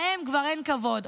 להם כבר אין כבוד.